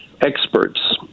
experts